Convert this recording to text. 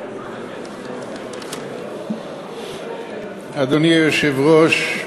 אדוני היושב-ראש,